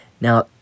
Now